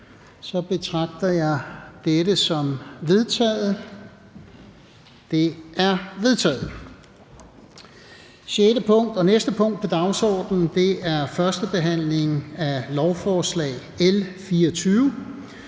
betragter jeg dette som vedtaget. Det er vedtaget. --- Det næste punkt på dagsordenen er: 6) 1. behandling af lovforslag nr.